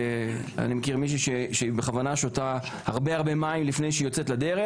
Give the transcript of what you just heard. אני מכיר מישהי שבכוונה שותה הרבה-הרבה מים לפני שהיא יוצאת לדרך,